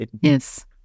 Yes